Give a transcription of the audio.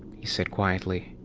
he said quietly.